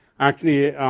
actually,